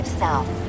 south